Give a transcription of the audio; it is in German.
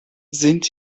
sind